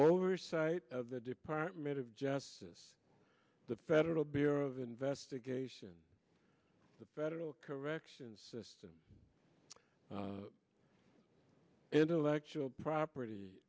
oversight of the department of justice the federal bureau of investigation the federal corrections system intellectual property